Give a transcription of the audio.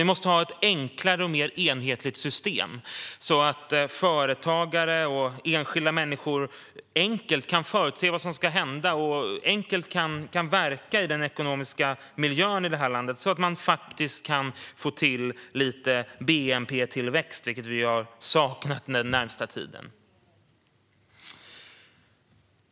Vi måste ha ett enklare och mer enhetligt system så att företagare och enskilda människor enkelt kan förutse vad som ska hända och enkelt kan verka i den ekonomiska miljön i det här landet. Så kan man få till lite bnp-tillväxt, vilket vi har saknat under den senaste tiden.